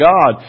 God